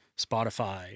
Spotify